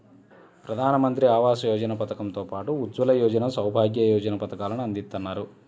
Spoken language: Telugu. ప్రధానమంత్రి ఆవాస యోజన పథకం తో పాటు ఉజ్వల యోజన, సౌభాగ్య యోజన పథకాలను అందిత్తన్నారు